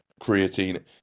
creatine